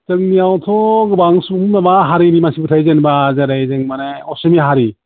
जोंनियावथ' गोबां सुबुं माबा हारिनि मानसिफोर थायो जेनेबा जेरै जों माने असमिया हारि